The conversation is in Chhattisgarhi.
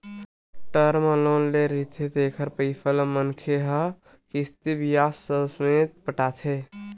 टर्म लोन ले रहिथे तेखर पइसा ल मनखे ह किस्ती म बियाज ससमेत पटाथे